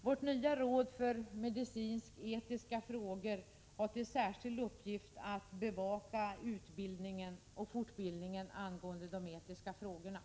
Det nya rådet för medicinsk-etiska frågor har till särskild uppgift att bevaka utbildningen och fortbildningen angående de etiska frågorna.